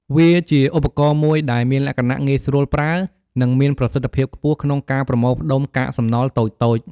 វាជាឧបករណ៍មួយដែលមានលក្ខណៈងាយស្រួលប្រើ និងមានប្រសិទ្ធភាពខ្ពស់ក្នុងការប្រមូលផ្តុំកាកសំណល់តូចៗ។